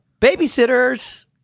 Babysitters